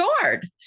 guard